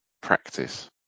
practice